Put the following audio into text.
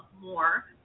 more